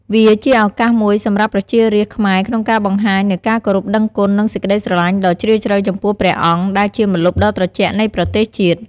វាជាឱកាសមួយសម្រាប់ប្រជារាស្ត្រខ្មែរក្នុងការបង្ហាញនូវការគោរពដឹងគុណ និងសេចក្តីស្រឡាញ់ដ៏ជ្រាលជ្រៅចំពោះព្រះអង្គ ដែលជាម្លប់ដ៏ត្រជាក់នៃប្រទេសជាតិ។